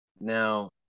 now